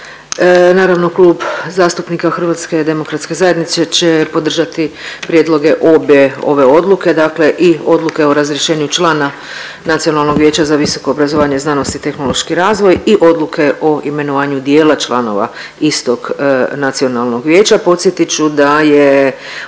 Naravno Klub zastupnika HDZ-a će podržati prijedloge obe ove odluke, dakle i odluke o razrješenju člana Nacionalnog vijeća za visoko obrazovanje, znanost i tehnološki razvoj i odluke o imenovanju dijela članova istog nacionalnog vijeća. Podsjetit ću da je odluka